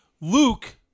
Luke